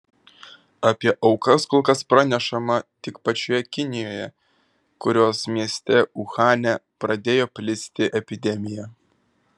apie aukas kol kas pranešama tik pačioje kinijoje kurios mieste uhane pradėjo plisti epidemija